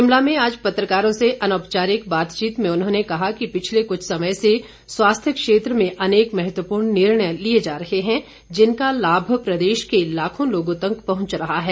शिमला में आज पत्रकारों से अनौपचारिक बातचीत में उन्होंने कहा कि पिछले कुछ समय से स्वास्थ्य क्षेत्र में अनेक महत्वपूर्ण निर्णय लिए जा रहे हैं जिनका लाभ प्रदेश के लाखों लोगों तक पहुंच रहा है